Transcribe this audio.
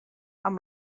amb